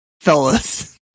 fellas